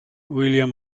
william